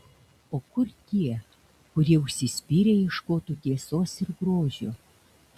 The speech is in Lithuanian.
o kur tie kurie užsispyrę ieškotų tiesos ir grožio